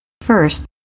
First